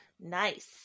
Nice